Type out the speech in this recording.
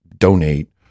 donate